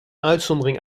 uitzondering